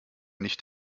nicht